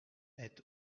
est